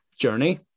journey